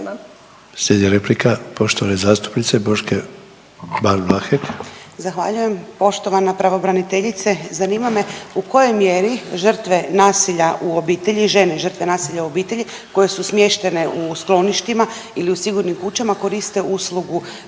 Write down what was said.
Slijedi replika poštovane zastupnice Boške Ban Vlahek. **Ban, Boška (SDP)** Zahvaljujem. Poštovana pravobraniteljice zanima me u kojoj mjeri žrtve nasilja u obitelji, žene žrtve nasilja u obitelji koje su smještene u skloništima ili u sigurnim kućama koriste uslugu